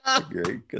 great